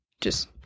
Just-